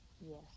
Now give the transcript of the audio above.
Yes